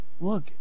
Look